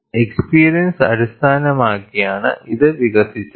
experience അടിസ്ഥാനമാക്കിയാണ് ഇത് വികസിച്ചത്